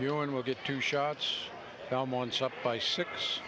you and we'll get two shots belmont's up by six